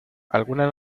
alguna